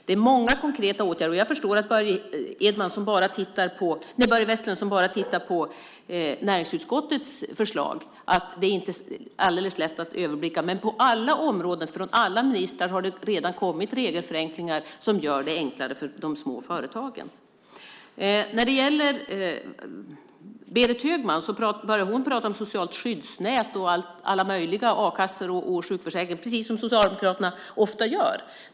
Det är många konkreta åtgärder, och jag förstår att Börje Vestlund som bara tittar på näringsutskottets förslag inte alldeles lätt kan överblicka detta. Men på alla områden från alla ministrar har det redan kommit regelförenklingar som gör det enklare för de små företagen. Berit Högman börjar prata om socialt skyddsnät, a-kassa och sjukförsäkring, precis om Socialdemokraterna ofta gör.